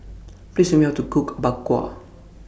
Please Tell Me How to Cook Bak Kwa